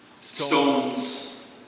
Stones